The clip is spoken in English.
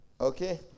Okay